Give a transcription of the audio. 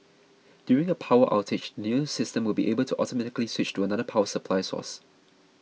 during a power outage the new system will be able to automatically switch to another power supply source